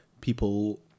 people